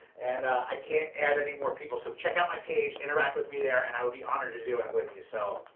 and i can't add any more people, so check out my page, interact with me there, and i would be honored to do it with you, so.